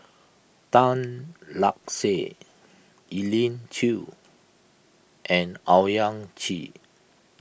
Tan Lark Sye Elim Chew and Owyang Chi